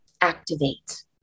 activate